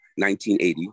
1980